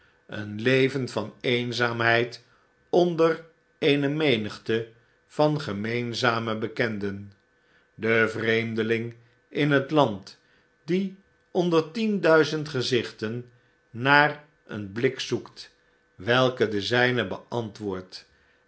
een leven van eenzaamheid onder eene menigte van gemeenzame bekenden de vreemdeling in het land die onder tienduizend gezichten naar een blik zoekt welke den zijnen beantwoordt